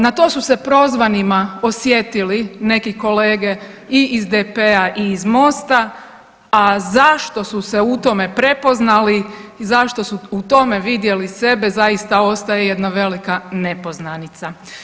Na to su se prozvanima osjetili neki kolege i iz DP-a i iz MOST-a, a zašto su se u tome prepoznali zašto su u tome vidjeli sebe zaista ostaje jedna velika nepoznanica.